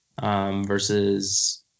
versus –